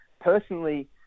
personally